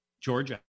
Georgia